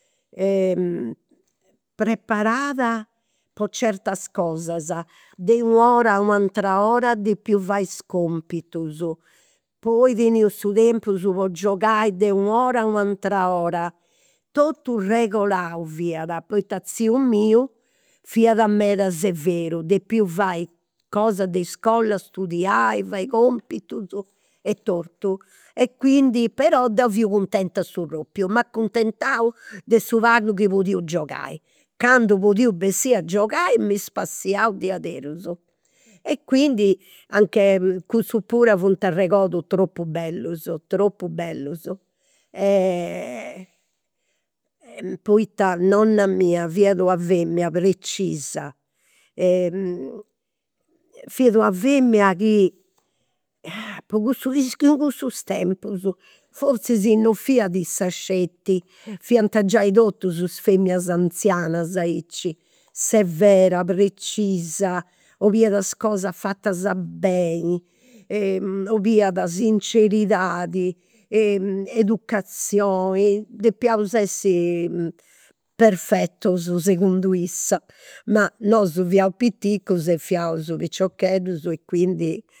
preparat po certas cosas. De u' ora a u'atera fai is compitus, poi teniu su tempus po giogai de u' ora a u' atera ora. Totu regolau fia poita tziu miu fiat meda severu, depiu fai cosa de iscola, studiai, fai compitus e totu. E quindi, però deu fiu cuntenta a su propriu, m'acuntentau de su pagu chi podiu giogai. Candu podiu bessiri a giogai mi spassiau diaderus. E quindi anche, cussus puru funt arregodus tropu bellus, tropu bellus. Poita nonna mia fiat una femina precisa fiat una femina chi po po cussus tempus forzis non fiat issa sceti, fiant giai totus is feminas anzianas aici, severa precisa, 'oliat is cosas fatas beni, 'oliat sinceridadi educazioni, depiaus essi perfetus segundu issa. Ma nosu fiaus piticus e fiaus piciocheddus e quindi